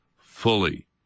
fully